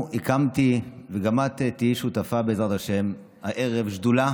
הקמתי הערב, וגם את תהיי שותפה, בעזרת השם, שדולה